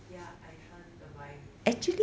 ya I 穿 the biweekly one